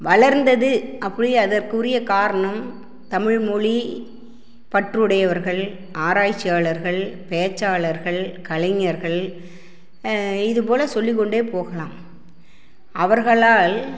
வளர்ந்தது அப்படி அதற்குரிய காரணம் தமிழ்மொழி பற்றுடையவர்கள் ஆராய்ச்சியாளர்கள் பேச்சாளர்கள் கலைஞர்கள் இதுபோல் சொல்லிக்கொண்டே போகலாம் அவர்களால்